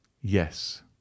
Yes